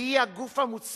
שהיא הגוף המוסמך